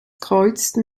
kreuzten